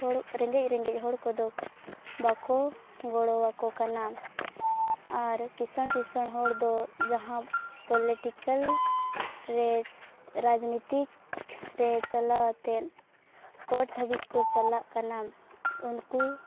ᱦᱚᱲ ᱨᱮᱸᱜᱮᱡ ᱨᱮᱸᱜᱮᱡ ᱦᱚᱲ ᱠᱚᱫᱚ ᱵᱟᱠᱚ ᱜᱚᱲᱚᱣᱟᱠᱚ ᱠᱟᱱᱟ ᱟᱨ ᱠᱤᱸᱥᱟᱹᱬ ᱠᱤᱸᱥᱟᱹᱬ ᱦᱚᱲ ᱫᱚ ᱡᱟᱦᱟᱸ ᱯᱚᱞᱤᱴᱤᱠᱮᱞ ᱨᱮ ᱨᱟᱡᱽᱱᱤᱛᱤᱠ ᱨᱮ ᱪᱟᱞᱟᱣ ᱠᱟᱛᱮᱫ ᱠᱳᱴ ᱫᱷᱟᱹᱵᱤᱡ ᱠᱚ ᱪᱟᱞᱟᱜ ᱠᱟᱱᱟ ᱩᱱᱠᱩ